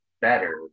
better